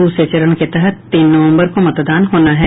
दूसरे चरण के तहत तीन नवम्बर को मतदान होना है